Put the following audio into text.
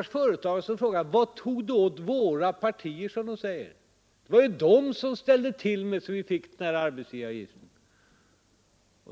att företagare frågar mig: Vad tog det åt ”våra” partier? Det var ju de som ställde till så att vi fick denna arbetsgivaravgift!